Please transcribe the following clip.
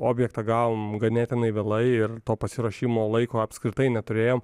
objektą gavom ganėtinai vėlai ir to pasiruošimo laiko apskritai neturėjom